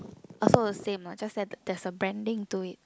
also the same lah just that there's a branding to it